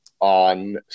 on